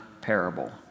parable